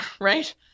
right